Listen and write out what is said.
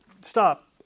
Stop